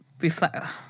reflect